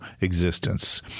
existence